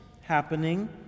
happening